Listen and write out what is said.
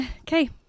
Okay